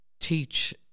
teach